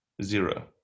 zero